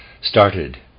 started